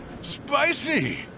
spicy